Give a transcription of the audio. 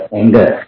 anger